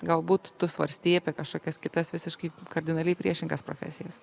galbūt tu svarstei apie kažkokias kitas visiškai kardinaliai priešingas profesijas